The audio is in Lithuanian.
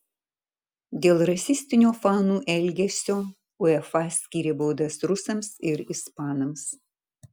dėl rasistinio fanų elgesio uefa skyrė baudas rusams ir ispanams